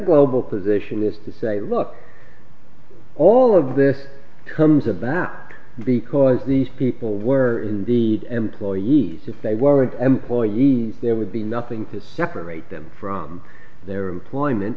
global position is to say look all of this comes of that because these people were indeed employees if they weren't employees there would be nothing to separate them from their employment